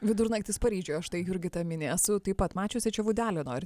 vidurnaktis paryžiuje štai jurgita mini esu taip pat mačiusi čia vudi aleno ar